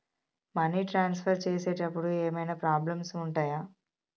Money transfer చేసేటప్పుడు ఏమైనా problems ఉంటయా?